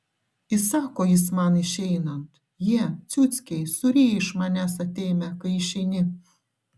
įsako jis man išeinant jie ciuckiai suryja iš manęs atėmę kai išeini